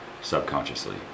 subconsciously